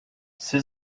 ses